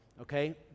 okay